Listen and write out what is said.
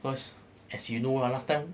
cause as you know lah last time